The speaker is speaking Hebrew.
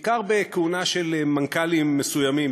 בעיקר בכהונה של מנכ"לים מסוימים,